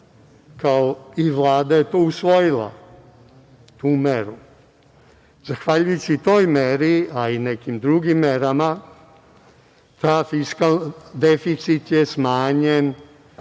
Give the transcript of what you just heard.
i Vlada je to usvojila, tu meru. Zahvaljujući toj meri, a i nekim drugim merama deficit je smanjen